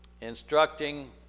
instructing